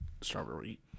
Strawberry